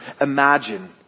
imagine